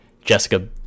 Jessica